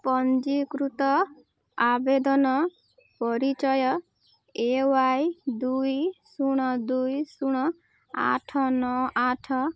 ପଞ୍ଜୀକୃତ ଆବେଦନ ପରିଚୟ ଏ ଓ୍ୱାଇ ଦୁଇ ଶୂନ ଦୁଇ ଶୂନ ଆଠ ନଅ ଆଠ